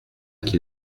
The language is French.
qui